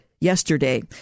yesterday